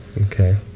Okay